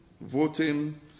voting